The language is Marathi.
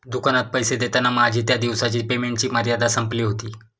दुकानात पैसे देताना माझी त्या दिवसाची पेमेंटची मर्यादा संपली होती